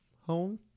home